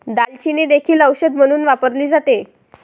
दालचिनी देखील औषध म्हणून वापरली जाते